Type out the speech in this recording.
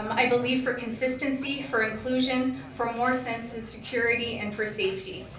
um i believe for consistency, for inclusion, for more sense in security, and for safety.